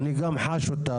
אני גם חש אותה,